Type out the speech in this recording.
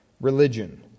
religion